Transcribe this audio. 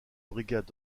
brigade